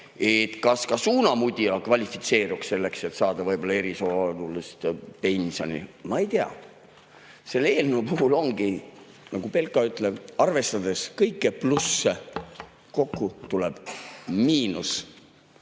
Kas ka suunamudija kvalifitseeruks selleks, et saada erisoodustuspensioni? Ma ei tea. Selle eelnõu puhul ongi nii, nagu Belka ütleb: arvestades kõiki plusse, kokku tuleb miinus.